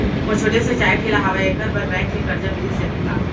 मोर छोटे से चाय ठेला हावे एखर बर बैंक ले करजा मिलिस जाही का?